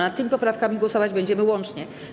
Nad tymi poprawkami głosować będziemy łącznie.